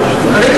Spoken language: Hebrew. לדקדק,